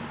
mm